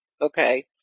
okay